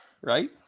Right